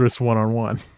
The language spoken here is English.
one-on-one